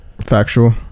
factual